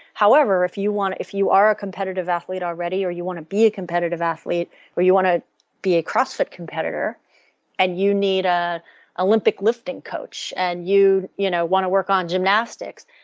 however, if you want if you are ah competitive athlete already or you want to be a competitive athlete or you want to be a crossfit competitor and you need a olympic lifting coach and you you know want to work on gymnastics.